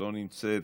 לא נמצאת,